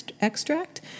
extract